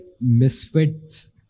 Misfits